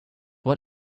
what